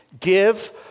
give